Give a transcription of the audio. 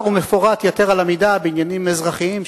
ומפורט יתר על המידה בעניינים אזרחיים,